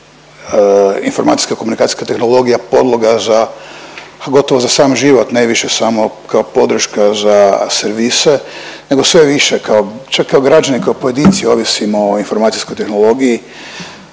više informacijska-komunikacijska tehnologija podloga za, gotovo za sam život, ne više samo kao podrška za servise, nego sve više kao, čak kao građani, kao pojedinci ovisimo o informacijskoj tehnologiji